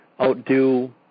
outdo